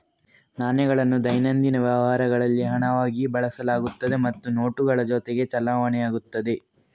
ನಾಣ್ಯಗಳನ್ನು ದೈನಂದಿನ ವ್ಯವಹಾರಗಳಲ್ಲಿ ಹಣವಾಗಿ ಬಳಸಲಾಗುತ್ತದೆ ಮತ್ತು ನೋಟುಗಳ ಜೊತೆಗೆ ಚಲಾವಣೆಯಾಗುತ್ತದೆ